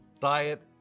Diet